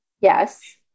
Yes